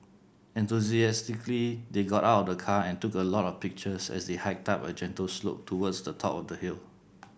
enthusiastically they got out of the car and took a lot of pictures as they hiked up a gentle slope towards the top of the hill